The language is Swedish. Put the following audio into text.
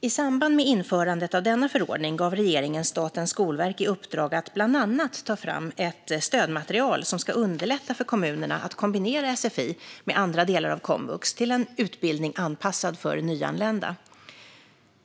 I samband med införandet av denna förordning gav regeringen Statens skolverk i uppdrag att bland annat ta fram ett stödmaterial som ska underlätta för kommunerna att kombinera sfi med andra delar av komvux till en utbildning anpassad för nyanlända.